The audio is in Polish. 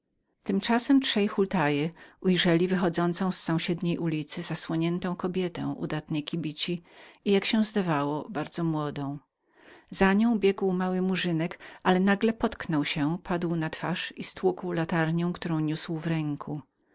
tego trzej hultaje ujrzeli wychodzącą z sąsiedniej ulicy zakrytą kobietę udatnej kibici i jak się zdawało pierwszej młodości za nią biegł mały murzynek ale nagle potknął się padł na twarz i stłukł latarnię którą niósł w ręku